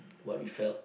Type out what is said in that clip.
what we felt